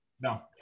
No